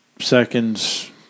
seconds